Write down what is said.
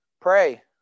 pray